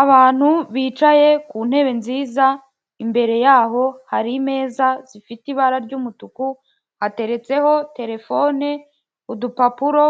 Abantu bicaye ku ntebe nziza imbere yaho hari imeza zifite ibara ry'umutuku hateretseho terefone, udupapuro